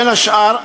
בין השאר,